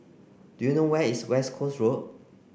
do you know where is West Coast Road